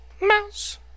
Mouse